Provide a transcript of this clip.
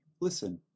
Listen